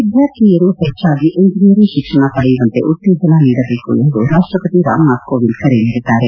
ವಿದ್ಯಾರ್ಥಿನಿಯರು ಹೆಚ್ಚಾಗಿ ಎಂಜಿನಿಯರಿಂಗ್ ಶಿಕ್ಷಣ ಪಡೆಯುವಂತೆ ಉತ್ತೇಜನ ನೀಡಬೇಕು ಎಂದು ರಾಷ್ಟಪತಿ ರಾಮನಾಥ್ ಕೋವಿಂದ್ ಕರೆ ನೀಡಿದ್ದಾರೆ